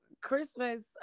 Christmas